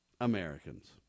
Americans